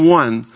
one